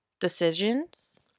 decisions